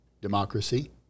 democracy